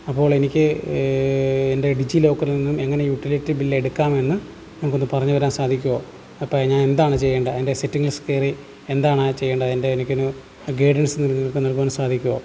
അപ്പോഴെനിക്ക് എൻ്റെ ഡിജിലോക്കറിൽ നിന്നും എങ്ങനെ യൂട്ടിലിറ്റി ബില്ലെടുക്കാമെന്ന് നിങ്ങൾക്കൊന്ന് പറഞ്ഞു തരാൻ സാധിക്കുമോ അപ്പോൾ ഞാൻ എന്താണ് ചെയ്യേണ്ടത് അതിൻ്റെ സെറ്റിങ്ങ്സ് കയറി എന്താണ് ആ ചെയ്യേണ്ടത് അതിൻ്റെ എനിക്കൊന്നു ഗൈഡൻസ് നിങ്ങൾക്ക് നൽകുവാൻ സാധിക്കുമോ